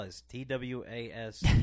T-W-A-S